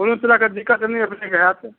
कोनो तरहके दिक्कत नहि अपनेके होयत